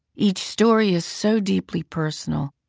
each story is so deeply personal,